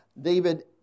David